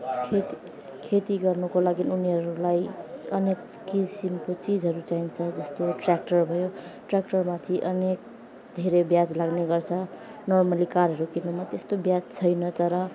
खेती खेती गर्नुको लागि उनीहरूलाई अनेक किसिमको चिजहरू चाहिन्छ जस्तो ट्र्याक्टर भयो ट्र्याक्टरमाथि अनेक धेरै ब्याज लाग्ने गर्छ नर्मली कारहरू किन्नुमा त्यस्तो ब्याज छैन तर